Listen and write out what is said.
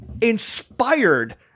inspired